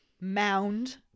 mound